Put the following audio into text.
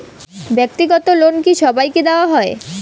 ব্যাক্তিগত লোন কি সবাইকে দেওয়া হয়?